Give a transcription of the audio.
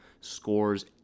scores